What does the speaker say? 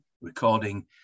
Recording